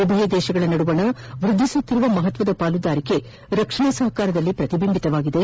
ಉಭಯ ದೇಶಗಳ ನಡುವಣ ವೃದ್ದಿಸುತ್ತಿರುವ ಮಹತ್ವದ ಪಾಲುದಾರಿಕೆ ರಕ್ಷಣಾ ಸಹಕಾರದಲ್ಲಿ ಪ್ರತಿಬಿಂಬಿತವಾಗಿದೆ